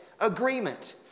agreement